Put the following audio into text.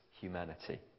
humanity